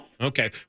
Okay